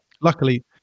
luckily